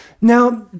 Now